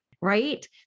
Right